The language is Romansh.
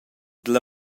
dalla